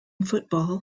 football